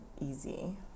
easy